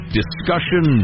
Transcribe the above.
discussion